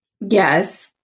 Yes